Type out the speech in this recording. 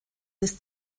bis